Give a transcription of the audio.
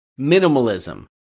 minimalism